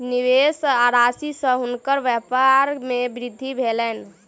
निवेश राशि सॅ हुनकर व्यपार मे वृद्धि भेलैन